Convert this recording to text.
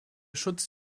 schutz